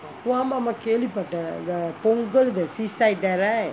oh ஆமா ஆமா கேள்வி பட்டேன்:aama aama kelvi pattaen the punggol the seaside there right